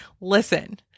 listen